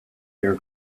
their